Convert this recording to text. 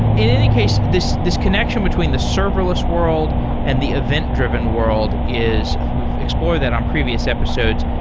in any case, this this connection between the serverless world and the event-driven world is we've explored that on previous episodes.